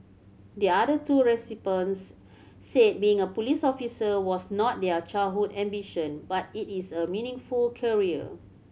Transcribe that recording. the other two recipients said being a police officer was not their childhood ambition but it is a meaningful career